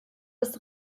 das